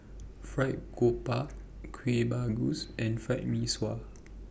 Fried Garoupa Kueh Bugis and Fried Mee Sua